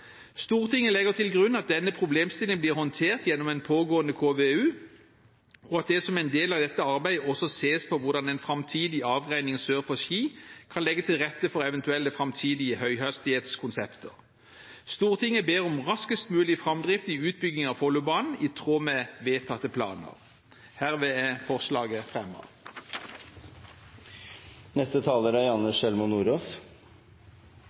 Stortinget legger til grunn at denne problemstillingen blir håndtert gjennom en pågående KVU, og at det som en del av dette arbeidet også sees på hvordan en framtidig avgreining sør for Ski kan legge til rette for eventuelle framtidige høyhastighetskonsepter. Stortinget ber om raskest mulig fremdrift i utbygging av Follobanen i tråd med vedtatte planer.» Herved er forslaget